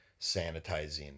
sanitizing